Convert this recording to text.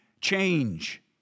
change